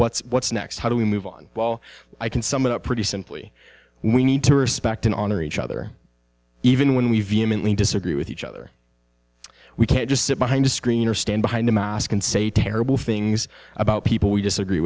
what's what's next how do we move on well i can sum it up pretty simply we need to respect and honor each other even when we vehemently disagree with each other we can't just sit behind a screen or stand behind a mask and say terrible things about people we disagree